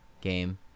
game